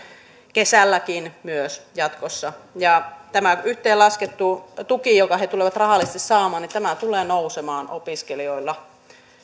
kesälläkin myös jatkossa tämä yhteenlaskettu tuki jonka he tulevat rahallisesti saamaan tulee nousemaan opiskelijoilla